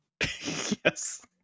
Yes